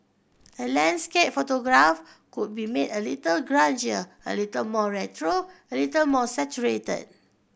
a landscape photograph could be made a little grungier a little more retro a little more saturated